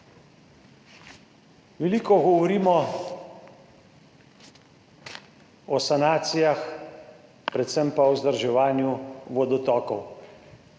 Veliko govorimo o sanacijah, predvsem pa o vzdrževanju vodotokov.